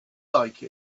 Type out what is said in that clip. like